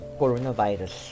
coronavirus